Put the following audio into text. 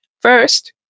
First